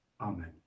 Amen